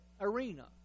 arena